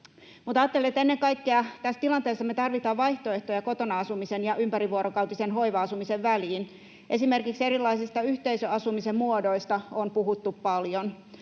Mutta ajattelin, että tässä tilanteessa me tarvitsemme ennen kaikkea vaihtoehtoja kotona asumisen ja ympärivuorokautisen hoiva-asumisen väliin. Esimerkiksi erilaisista yhteisöasumisen muodoista on puhuttu paljon.